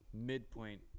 Midpoint